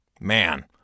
Man